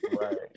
Right